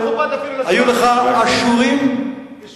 לא מכובד אפילו לשבת, היו לך אשורים בעירק.